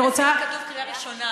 בהחלטת הנשיאות כתוב קריאה ראשונה,